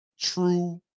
true